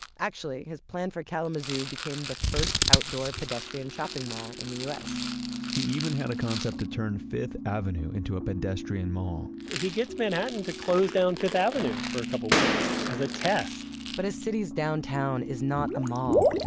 actually his plan for kalamazoo, became the first outdoor pedestrian shopping mall in the u s he even had a concept to turn fifth avenue into a pedestrian mall he gets manhattan to close down fifth avenue for a couple of weeks as a test but a city's downtown is not a mall.